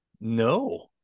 no